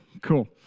Cool